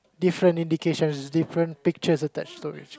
different indicators different pictures attached to it